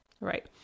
Right